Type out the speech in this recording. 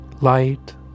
light